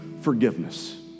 forgiveness